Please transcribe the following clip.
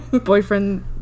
Boyfriend